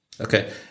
okay